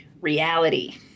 Reality